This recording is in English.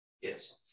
yes